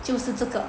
就是这个